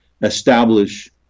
establish